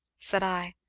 said i.